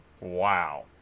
Wow